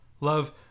love